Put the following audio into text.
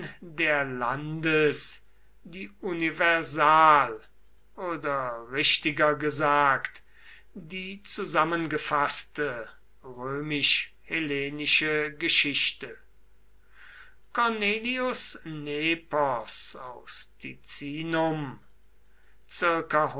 der landes die universal oder richtiger gesagt die zusammengefaßte römisch hellenische geschichte cornelius nepos aus